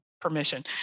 permission